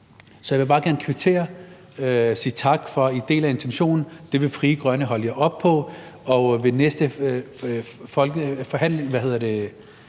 Så jeg vil bare gerne kvittere og sige tak for, at I deler intentionen. Det vil Frie Grønne holde jer op på ved de næste finanslovsforhandlinger,